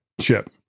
chip